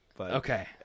Okay